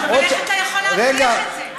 אבל איך אתה יכול להבטיח את זה?